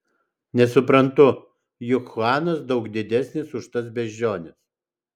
nesuprantu juk chuanas daug didesnis už tas beždžiones